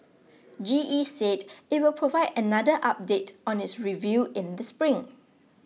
G E said it will provide another update on its review in the spring